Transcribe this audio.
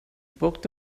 booked